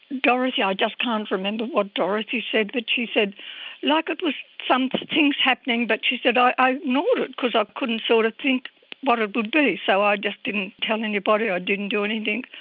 dorothy, i just can't remember what dorothy said but she said like it was some things happening but she said, i i ignored it because i couldn't sort of think what it would be, so i just didn't tell anybody, i didn't do anything.